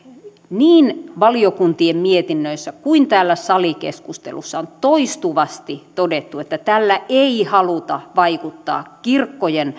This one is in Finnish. niin valiokuntien mietinnöissä kuin täällä salikeskustelussa on toistuvasti todettu että tällä ei haluta vaikuttaa kirkkojen